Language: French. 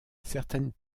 certaines